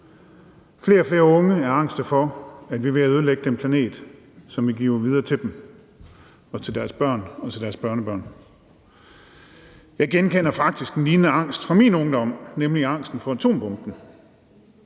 Flere og flere unge er angste for, at vi er ved at ødelægge den planet, som vi giver videre til dem og til deres børn og til deres børnebørn. Jeg genkender faktisk en lignende angst fra min ungdom, nemlig angsten for atombomben.